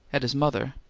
at his mother,